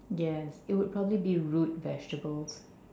yes it would probably be root vegetable